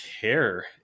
care